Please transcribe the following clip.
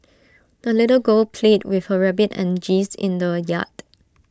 the little girl played with her rabbit and geese in the yard